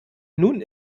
nun